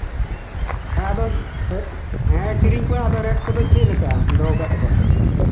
ᱦᱮᱸ ᱟᱫᱚᱧ ᱦᱮᱸ ᱠᱤᱨᱤᱧ ᱠᱚᱣᱟ ᱟᱫᱚ ᱨᱮᱹᱴ ᱠᱚᱫᱚ ᱪᱮᱫ ᱞᱮᱠᱟ ᱫᱚᱦᱚᱣ ᱠᱟᱜ ᱛᱟᱠᱚᱣᱟ